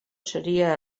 seria